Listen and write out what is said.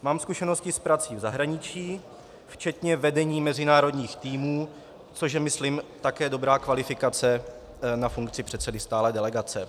Mám zkušenosti s prací v zahraničí včetně vedení mezinárodních týmů, což je myslím také dobrá kvalifikace na funkci předsedy stálé delegace.